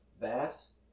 Bass